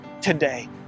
today